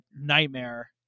nightmare